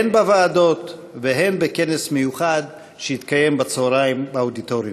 הן בוועדות והן בכנס מיוחד שהתקיים בצהריים באודיטוריום.